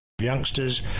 youngsters